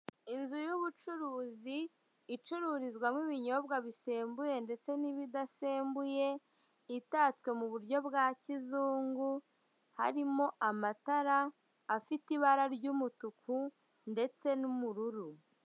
Inzu y'ubucuruzi, icururizwamo ibinyobwa bisembuye ndetse n'ibidasembuye, itatswe mu buryo bwa kizungu, harimo amatara afite ibara ry'umutuku ndetse n'ubururu.